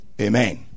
Amen